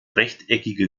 rechteckige